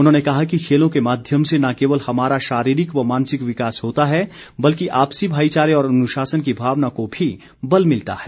उन्होंने कहा कि खेलों के माध्यम से न केवल हमारा शारीरिक व मानसिक विकास होता है बल्कि आपसी भाईचारे और अनुशासन की भावना को भी बल मिलता है